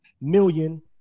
million